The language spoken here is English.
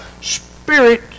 spirit